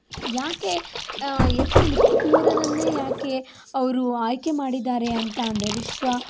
ಯಾಕೆ ಏಪ್ರಿಲ್ ಇಪ್ಪತ್ತ ಮೂರನ್ನೇ ಯಾಕೆ ಅವರು ಆಯ್ಕೆ ಮಾಡಿದ್ದಾರಂದ್ರೆ ವಿಶ್ವ